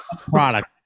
product